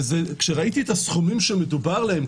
וכשראיתי את הסכומים שמדובר עליהם,